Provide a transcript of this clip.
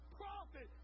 prophet